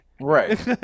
Right